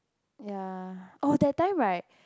ya oh that time right